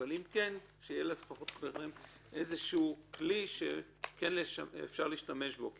אבל אם כן שיהיה לכם לפחות כלי שאפשר להשתמש בו כי